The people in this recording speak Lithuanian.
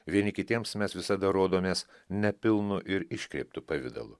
vieni kitiems mes visada rodomės nepilnu ir iškreiptu pavidalu